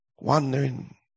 Wondering